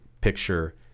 picture